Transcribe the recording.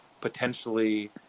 potentially